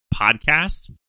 podcast